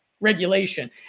regulation